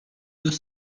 deux